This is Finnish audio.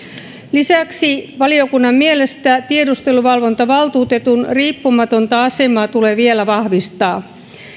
lisäksi valiokunnan mielestä tiedusteluvalvontavaltuutetun riippumatonta asemaa tulee vielä vahvistaa